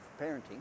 parenting